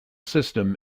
system